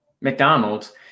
McDonald's